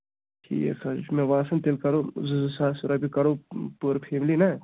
ٹھیٖک حظ چھُ مےٚ باسان تیٚلہِ کرو زٕ زٕ ساس رۄپیہِ کَرو پٔر فیملی نہ